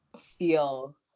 feel